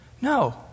No